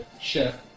chef